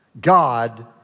God